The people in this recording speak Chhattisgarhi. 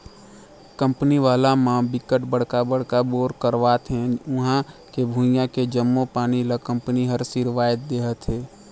कंपनी वाला म बिकट बड़का बड़का बोर करवावत हे उहां के भुइयां के जम्मो पानी ल कंपनी हर सिरवाए देहथे